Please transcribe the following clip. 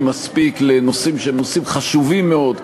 מספיק לנושאים שהם נושאים חשובים מאוד,